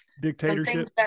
dictatorship